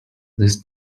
this